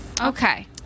Okay